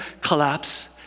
collapse